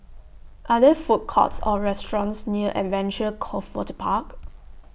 Are There Food Courts Or restaurants near Adventure Cove Waterpark